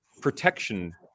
protection